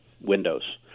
windows